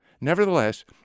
Nevertheless